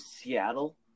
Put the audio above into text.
Seattle